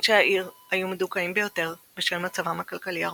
אנשי העיר היו מדוכאים ביותר בשל מצבם הכלכלי הרעוע,